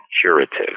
curative